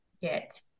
get